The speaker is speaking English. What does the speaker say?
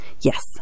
Yes